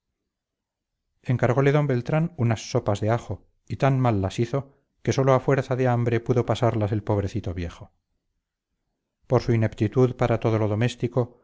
encargole d beltrán unas sopas de ajo y tan mal las hizo que sólo a fuerza de hambre pudo pasarlas el pobrecito viejo por su ineptitud para todo lo doméstico